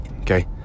okay